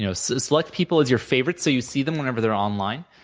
you know select people as your favorite, so you see them whenever they're online.